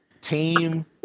Team